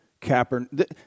Kaepernick